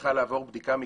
צריכה לעבור בדיקה מקדמית.